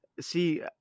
See